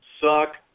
suck